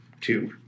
two